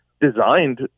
designed